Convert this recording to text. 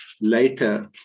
later